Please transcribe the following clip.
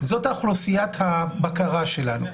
זאת אוכלוסיית הבקרה שלנו.